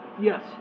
Yes